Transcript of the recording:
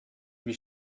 wie